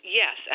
yes